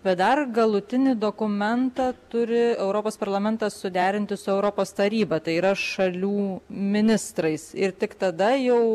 bet dar galutinį dokumentą turi europos parlamentas suderinti su europos taryba tai yra šalių ministrais ir tik tada jau